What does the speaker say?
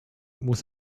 muss